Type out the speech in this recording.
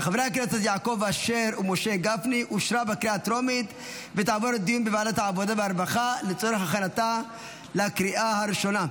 לוועדת העבודה והרווחה נתקבלה.